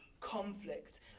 conflict